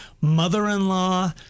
mother-in-law